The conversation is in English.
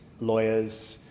lawyers